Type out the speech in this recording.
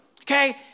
Okay